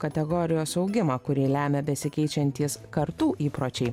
kategorijos augimą kurį lemia besikeičiantys kartų įpročiai